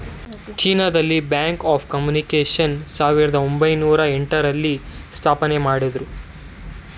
China ದಲ್ಲಿ Bank of Communications ಸಾವಿರದ ಒಂಬೈನೊರ ಎಂಟ ರಲ್ಲಿ ಸ್ಥಾಪನೆಮಾಡುದ್ರು